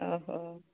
ଅହୋ